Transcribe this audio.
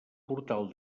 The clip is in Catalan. portal